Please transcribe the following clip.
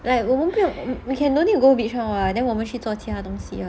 like 我们不用 we can no need go beach one [what] then 我们去做其他的东西